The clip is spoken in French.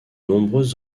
nombreuses